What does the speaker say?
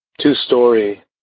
two-story